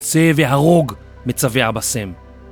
צא והרוג מצווה אבא סאם